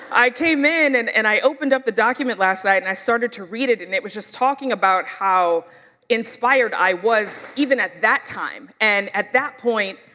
i came in and and i opened up the document last night and i started to read it and it was just talking about how inspired i was, even at that time and at that point,